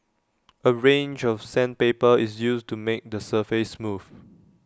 A range of sandpaper is used to make the surface smooth